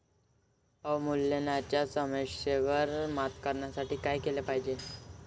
अवमूल्यनाच्या समस्येवर मात करण्यासाठी काय केले पाहिजे?